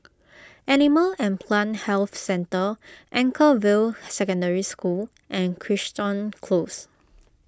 Animal and Plant Health Centre Anchorvale Secondary School and Crichton Close